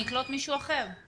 אני אקלוט מישהו אחר.